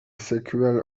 sequel